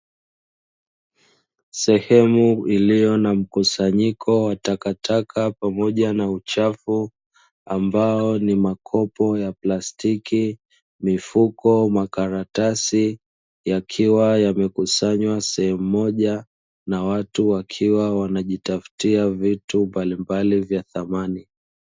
Sehemu iliyo na mkusanyiko wa takataka pamoja na uchafu, ambao ni makopo ya plastiki, mifuko, makaratasi, yakiwa yamekusanywa sehemu moja, na watu wakiwa wanajitafutia vitu mbalimbali vya thamani.